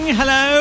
hello